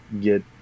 get